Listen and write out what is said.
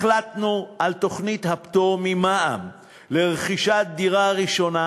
החלטנו על תוכנית הפטור ממע"מ ברכישת דירה ראשונה,